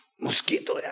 Mosquito